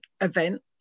event